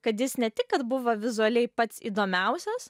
kad jis ne tik kad buvo vizualiai pats įdomiausias